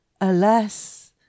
alas